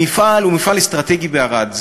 המפעל הוא מפעל אסטרטגי בערד.